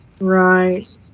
right